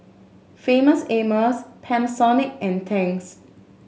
Famous Amos Panasonic and Tangs